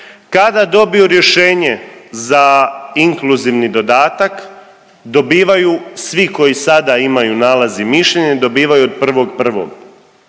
Kada dobiju rješenje za inkluzivni dodatak dobivaju svi koji sada imaju nalaz i mišljenje, dobivaju od 1.01.